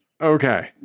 Okay